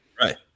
right